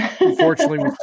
Unfortunately